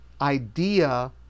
idea